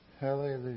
Hallelujah